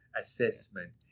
assessment